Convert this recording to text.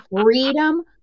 Freedom